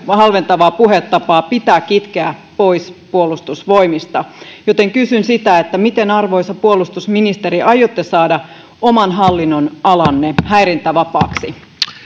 halventavaa puhetapaa pitää kitkeä pois puolustusvoimista joten kysyn miten arvoisa puolustusministeri aiotte saada oman hallinnonalanne häirintävapaaksi